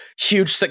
huge